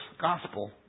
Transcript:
gospel